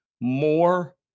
more